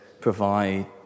provide